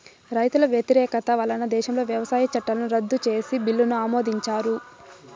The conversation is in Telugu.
రైతుల వ్యతిరేకత వలన దేశంలో వ్యవసాయ చట్టాలను రద్దు చేసే బిల్లును ఆమోదించారు